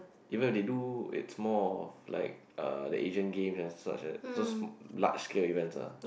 even if they do it's more of like uh the Asian game and such a those large scale events ah